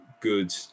good